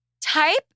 Type